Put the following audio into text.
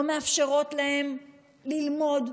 לא מאפשרות לו ללמוד,